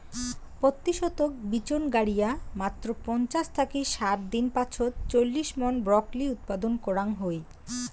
পত্যি শতক বিচন গাড়িয়া মাত্র পঞ্চাশ থাকি ষাট দিন পাছত চল্লিশ মন ব্রকলি উৎপাদন করাং হই